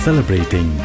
Celebrating